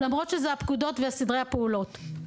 למרות שאלה הפקודות וסדרי הפעולות.